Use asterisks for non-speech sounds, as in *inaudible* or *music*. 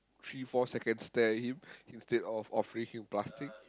three four seconds stare at him instead of offering him plastic *noise*